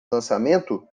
lançamento